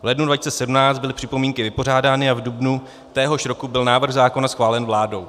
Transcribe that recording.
V lednu 2017 byly připomínky vypořádány a v dubnu téhož roku byl návrh zákona schválen vládou.